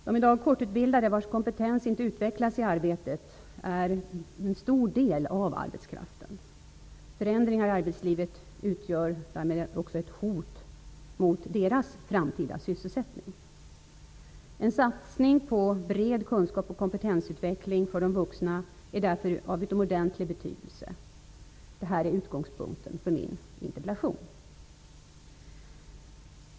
De i dag kortutbildade, vars kompetens inte utvecklas i arbetet, utgör en stor del av arbetskraften. Förändringar i arbetslivet utgör därmed också ett hot mot deras framtida sysselsättning. En satsning på bred kunskaps och kompetensutveckling för de vuxna är därför av utomordentlig betydelse. Detta är utgångspunkten för min interpellation.